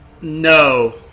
No